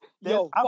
Yo